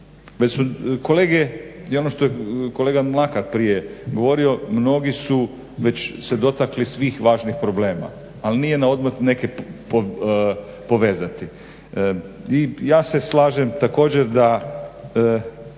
Već su kolege i ono što je kolega Mlakar prije govorio, mnogi su već se dotakli svih važnih problema ali nije na odmet neke povezati. I ja se slažem također da